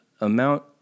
amount